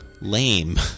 lame